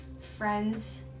friends